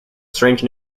strange